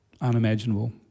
Unimaginable